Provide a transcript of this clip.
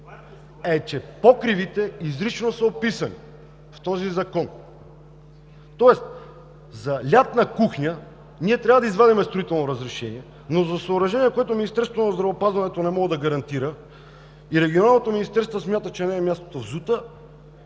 е, че покривите изрично са описани в този закон, тоест за лятна кухня ние трябва да извадим строително разрешение, но за съоръжение, което Министерството на здравеопазването не може да гарантира и Регионалното министерство смята, че не е мястото в ЗУТ-а,